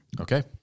Okay